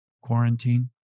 quarantine